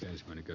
herr talman